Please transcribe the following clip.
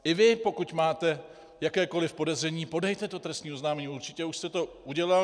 I vy, pokud máte jakékoliv podezření, podejte trestní oznámení, určitě už jste to udělal.